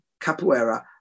Capoeira